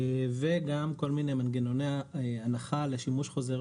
וגם כל מיני מנגנוני הנחה לשימוש חוזר